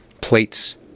plates